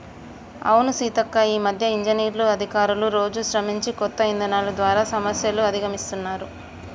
అవును సీతక్క ఈ మధ్య ఇంజనీర్లు అధికారులు రోజు శ్రమించి కొత్త ఇధానాలు ద్వారా సమస్యలు అధిగమిస్తున్నారు